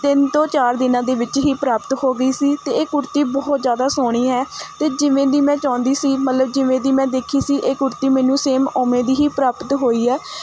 ਤਿੰਨ ਤੋਂ ਚਾਰ ਦਿਨਾਂ ਦੇ ਵਿੱਚ ਹੀ ਪ੍ਰਾਪਤ ਹੋ ਗਈ ਸੀ ਅਤੇ ਇਹ ਕੁੜਤੀ ਬਹੁਤ ਜ਼ਿਆਦਾ ਸੋਹਣੀ ਹੈ ਅਤੇ ਜਿਵੇਂ ਦੀ ਮੈਂ ਚਾਹੁੰਦੀ ਸੀ ਮਤਲਬ ਜਿਵੇਂ ਦੀ ਮੈਂ ਦੇਖੀ ਸੀ ਇਹ ਕੁੜਤੀ ਮੈਨੂੰ ਸੇਮ ਉਵੇਂ ਦੀ ਹੀ ਪ੍ਰਾਪਤ ਹੋਈ ਹੈ